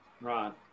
right